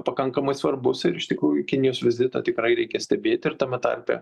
pakankamai svarbus ir iš tikrųjų kinijos vizitą tikrai reikia stebėti ir tame tarpe